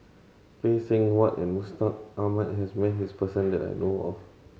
Phay Seng Whatt and Mustaq Ahmad has met this person that I know of